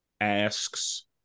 asks